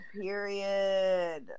period